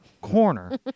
corner